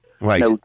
Right